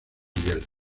miguel